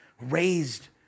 raised